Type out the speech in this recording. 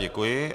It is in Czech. Děkuji.